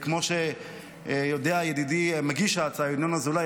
כמו שיודע ידידי מגיש ההצעה ינון אזולאי,